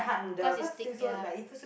'cause it's thick ya